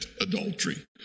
adultery